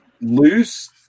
loose